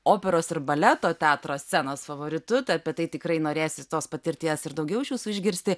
operos ir baleto teatro scenos favoritu tai apie tai tikrai norėsis tos patirties ir daugiau iš jūsų išgirsti